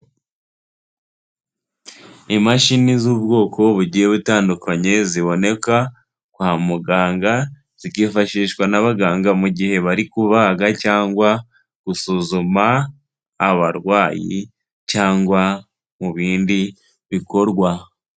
Imashini z'ubwoko bugiye butandukanye ziboneka kwa muganga, zikifashishwa n'abaganga mu gihe bari kubaga cyangwa gusuzuma abarwayi cyangwa mu bindi bikorwa.